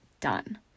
done